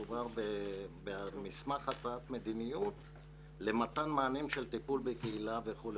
מדובר במסמך הצעת מדיניות למתן מענים של טיפול בקהילה וכולי